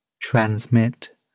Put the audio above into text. transmit